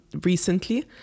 recently